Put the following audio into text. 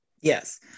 yes